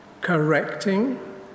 correcting